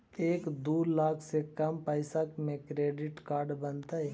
एक दू लाख से कम पैसा में क्रेडिट कार्ड बनतैय?